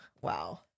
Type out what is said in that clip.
Wow